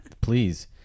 please